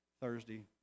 Thursday